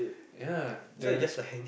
ya the